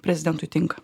prezidentui tinka